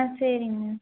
ஆ சரிங்கண்ணா